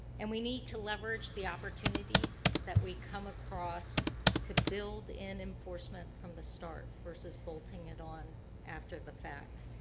and we need to leverage the opportunities that we come across to build in enforcement from the start versus bolting it on after the fact.